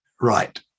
right